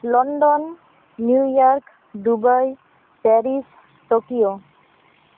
London New York Dubai Paris Tokyo